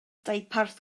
deuparth